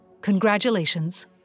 Congratulations